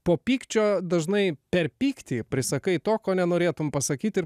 po pykčio dažnai per pyktį prisakau to ko nenorėtumei pasakyti ir